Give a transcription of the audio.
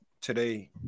today